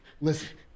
listen